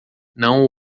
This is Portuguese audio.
não